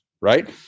right